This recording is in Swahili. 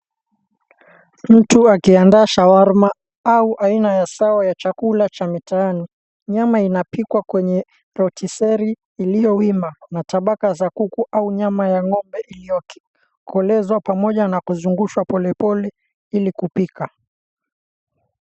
Mtu akiandaa shawarma, au aina ya sawa ya chakula cha mitaani. Nyama inapikwa kwenye rotisserie iliyo wima na tabaka za kuku au nyama ya ng'ombe iliyokolezwa pamoja na kuzungushwa pole pole ili kupika.